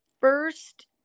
first